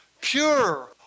pure